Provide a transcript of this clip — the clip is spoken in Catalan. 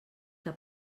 que